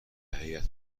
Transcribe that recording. هیات